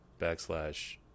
backslash